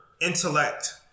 intellect